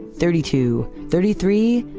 thirty two, thirty three,